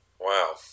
wow